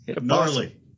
gnarly